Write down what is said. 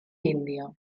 índia